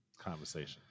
conversation